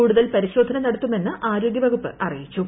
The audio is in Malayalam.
കൂടുതൽ പരിശോധന നടത്തുമെന്ന് ആരോഗ്യവകുപ്പ് അറിയിച്ചു